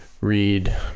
read